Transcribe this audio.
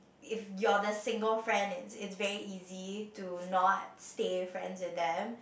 if you're the single friend it's it's very easy to not stay friends with them